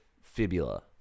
fibula